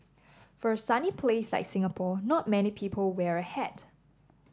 for sunny place like Singapore not many people wear a hat